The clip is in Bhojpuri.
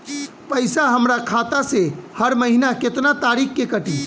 पैसा हमरा खाता से हर महीना केतना तारीक के कटी?